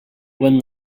when